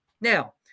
Now